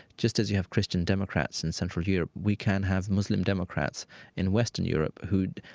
just as you have christian democrats in central europe, we can have muslim democrats in western europe who,